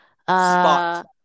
Spot